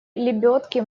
лебедки